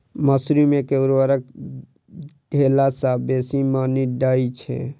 मसूरी मे केँ उर्वरक देला सऽ बेसी मॉनी दइ छै?